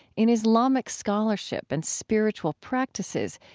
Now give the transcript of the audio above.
in islamic scholarship and spiritual practices,